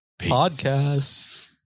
Podcast